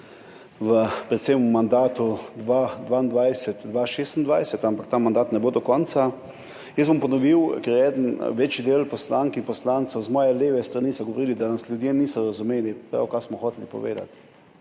predvsem v mandatu 2022-2026, ampak ta mandat ne bo do konca. Jaz bom ponovil, ker je eden, večji del poslank in poslancev z moje leve strani so govorili, da nas ljudje niso razumeli prav kar smo hoteli povedati.